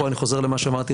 פה אני חוזר למה שאמרתי,